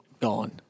Gone